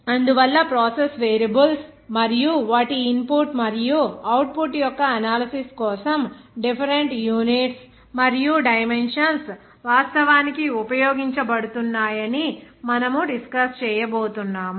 అందువల్ల process variables మరియు వాటి ఇన్పుట్ మరియు అవుట్పుట్ యొక్క అనాలిసిస్ కోసం డిఫరెంట్ యూనిట్స్ మరియు డైమెన్షన్స్ వాస్తవానికి ఉపయోగించబడుతున్నాయని మనము డిస్కస్ చేయబోతున్నాము